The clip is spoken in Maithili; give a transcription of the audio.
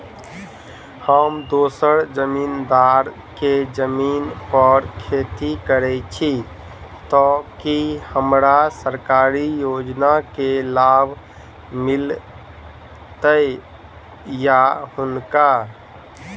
हम दोसर जमींदार केँ जमीन पर खेती करै छी तऽ की हमरा सरकारी योजना केँ लाभ मीलतय या हुनका?